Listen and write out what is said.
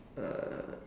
uh